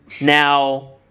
Now